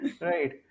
Right